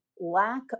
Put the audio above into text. lack